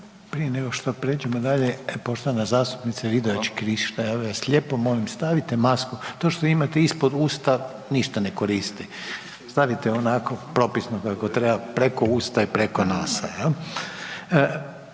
Prije nego što prijeđeno dalje, poštovana zastupnice Vidović Krišto, ja vas lijepo molim, stavite masku, to što vi imate ispod usta, ništa ne koristi. Stavite onako propisno kako treba, preko usta i preko nosa,